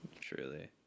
Truly